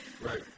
Right